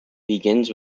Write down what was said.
begins